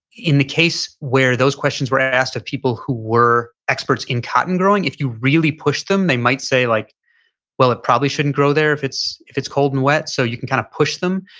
in the case where those questions were asked of people who were experts in cotton growing. if you really push them they might say like well it probably shouldn't grow there if it's if it's cold and wet. so you can kind of push them.